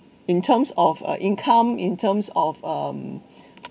in terms of uh income in terms of um